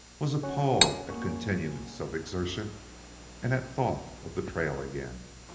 was appalled at continuance of exertion and at thought of the trail again.